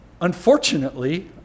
Unfortunately